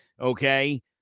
Okay